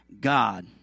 god